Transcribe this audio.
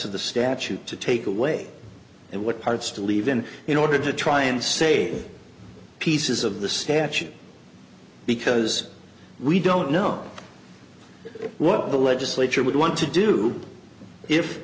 of the statute to take away and what parts to leave in in order to try and say pieces of the statute because we don't know what the legislature would want to do if